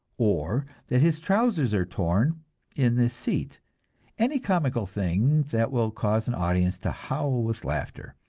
or that his trousers are torn in the seat any comical thing that will cause an audience to howl with laughter.